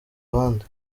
abandi